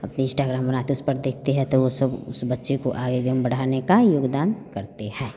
अब इन्स्टाग्राम बनाती है उस पर देखती है तो वह सब उस बच्ची को आगे बढ़ाने का योगदान करते हैं